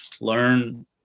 learn